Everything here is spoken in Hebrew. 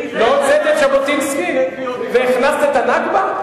לא הוצאת את ז'בוטינסקי והכנסת את ה"נכבה"?